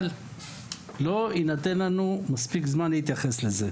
אבל לא יינתן לנו מספיק זמן כדי להתייחס לזה.